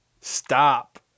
stop